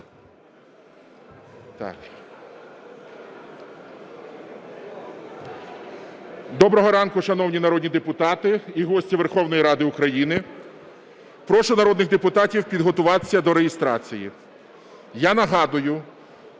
Доброго ранку, шановні народні депутати та гості Верховної Ради України! Прошу народних депутатів підготуватися до реєстрації.